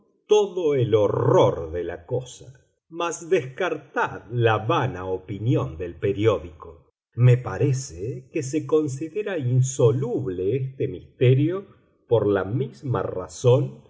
todo el horror de la cosa mas descartad la vana opinión del periódico me parece que se considera insoluble este misterio por la misma razón